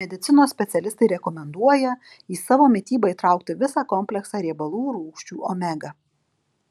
medicinos specialistai rekomenduoja į savo mitybą įtraukti visą kompleksą riebalų rūgščių omega